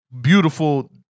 beautiful